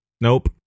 Nope